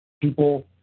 People